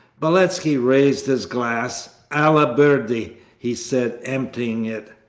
beletski raised his glass. allah birdy' he said, emptying it.